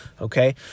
okay